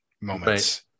moments